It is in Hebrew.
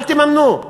אל תממנו.